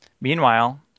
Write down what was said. Meanwhile